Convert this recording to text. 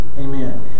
Amen